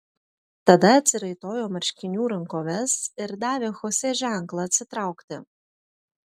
tada atsiraitojo marškinių rankoves ir davė chosė ženklą atsitraukti